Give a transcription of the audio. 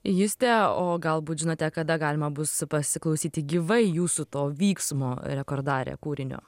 juste o galbūt žinote kada galima bus pasiklausyti gyvai jūsų to vyksmo rekordare kūrinio